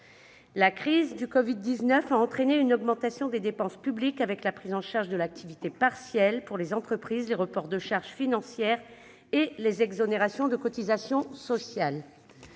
La crise du covid-19 a entraîné une augmentation des dépenses publiques, avec la prise en charge de l'activité partielle pour les entreprises, les reports de charges financières et les exonérations de cotisations sociales.